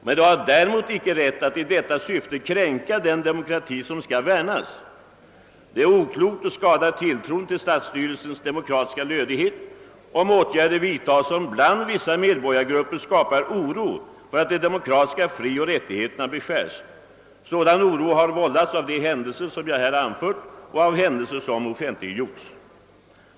Men de har däremot icke rätt att i detta syfte kränka den demokrati som skall värnas. Det är oklokt och skadar tilltron till statsstyrelsens demokratiska lödighet om åtgärder vidtas som bland vissa medborgargrupper skapar oro för att de demokratiska frioch rättigheterna beskärs. Sådan oro har vållats av de händelser som jag här anfört och av händelser som offentliggjorts.